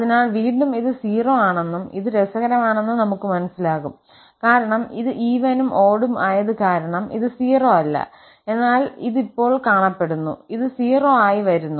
അതിനാൽ വീണ്ടും ഇത് 0 ആണെന്നും ഇത് രസകരമാണെന്നും നമുക്ക് മനസ്സിലാകും കാരണം ഇത് ഈവനും ഓടും ആയത് കാരണം ഇത് 0 അല്ല എന്നാൽ ഇത് ഇപ്പോൾ കാണപ്പെടുന്നു ഇത് 0 ആയി വരുന്നു